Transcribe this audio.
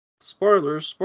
Spoilers